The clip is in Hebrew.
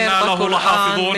אומר בקוראן,